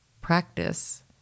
practice